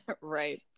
Right